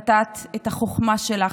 נתת את החוכמה שלך,